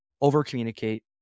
Over-communicate